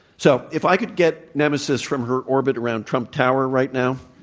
so, if i could get nemesis from her orbit around trump tower right now